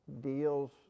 deals